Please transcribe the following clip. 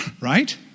right